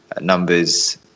numbers